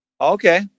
Okay